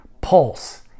pulse